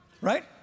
Right